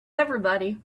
everybody